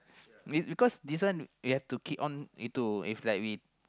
this because this one we have to keep on into if we